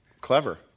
clever